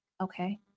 okay